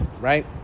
right